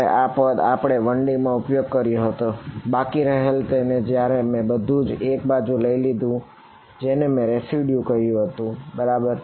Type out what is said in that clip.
માટે આ તે પદ છે જેનો આપણે 1D માં ઉપયોગ કર્યો હતો બાકી રહેલ ને જયારે માં બધુજ એક બાજુ લઇ લીધું જેને મેં રેસિડયુ કહ્યું હતું બરાબર